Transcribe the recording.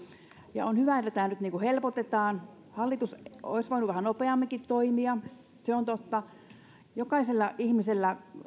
ja on hyvä että tätä nyt helpotetaan hallitus olisi voinut vähän nopeamminkin toimia se on totta jokaisella ihmisellä